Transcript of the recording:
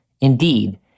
Indeed